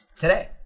Today